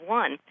one